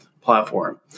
platform